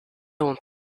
want